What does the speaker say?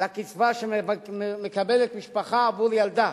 לקצבה שמקבלת משפחה עבור ילדה.